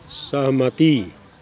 सहमति